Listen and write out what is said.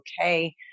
okay